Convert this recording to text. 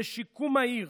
לשיקום מהיר,